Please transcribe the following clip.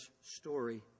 story